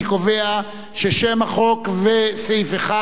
אני קובע ששם החוק וסעיף 1